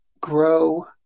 grow